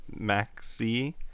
Maxi